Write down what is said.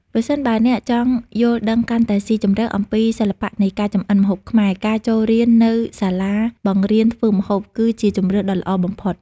ប្រសិនបើអ្នកចង់យល់ដឹងកាន់តែស៊ីជម្រៅអំពីសិល្បៈនៃការចម្អិនម្ហូបខ្មែរ ការចូលរៀននៅសាលាបង្រៀនធ្វើម្ហូបគឺជាជម្រើសដ៏ល្អបំផុត ។